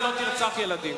ישראל לא תרצח ילדים,